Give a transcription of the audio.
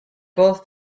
both